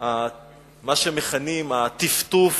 מה שמכנים הטפטוף